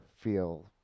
feel